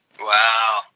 Wow